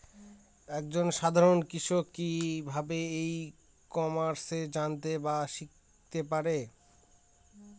এক জন সাধারন কৃষক কি ভাবে ই কমার্সে জানতে বা শিক্ষতে পারে?